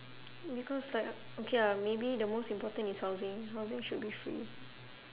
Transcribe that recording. because like okay ah maybe the most important is housing housing should be free